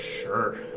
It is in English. Sure